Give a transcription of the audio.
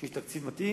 כשיש תקציב מתאים,